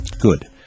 Good